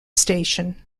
station